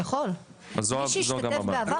יכול, מי שהשתתף בעבר בתוכנית לא יכול.